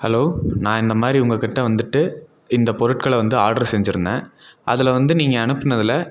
hello நான் இந்த மாதிரி உங்கள் கிட்டே வந்துட்டு இந்த பொருட்களை வந்து ஆர்டரு செஞ்சுருந்தேன் அதில் வந்து நீங்கள் அனுப்புனதில்